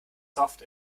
soft